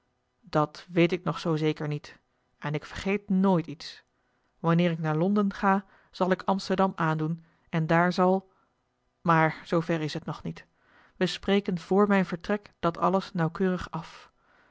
dat weet ik nog zoo zeker niet en ik vergeet nooit iets wanneer ik naar londen ga zal ik amsterdam aandoen en daar zal maar zoover is het nog niet we spreken vr mijn vertrek dat alles nauwkeurig af